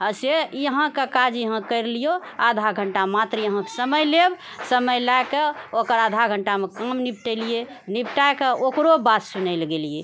आओर से इहा कऽ काज इहा करि लियौ आधा घण्टा मात्र यहाँ समय लेब समय लए कऽ ओकर आधा घण्टामे काम निपटेलियै निपटा कऽ ओकरो बात सुनै लऽ गेलियै